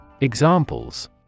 Examples